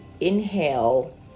inhale